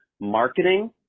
marketing